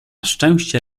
szczęście